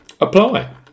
apply